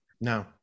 No